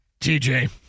TJ